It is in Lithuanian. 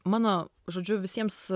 mano žodžiu visiems